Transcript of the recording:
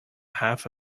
half